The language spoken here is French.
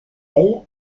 elle